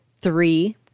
three